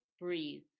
breathe